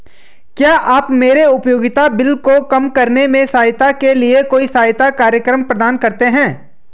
क्या आप मेरे उपयोगिता बिल को कम करने में सहायता के लिए कोई सहायता कार्यक्रम प्रदान करते हैं?